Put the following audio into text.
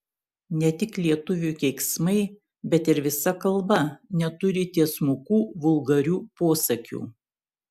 ne tik lietuvių keiksmai bet ir visa kalba neturi tiesmukų vulgarių posakių